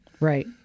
Right